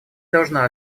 должна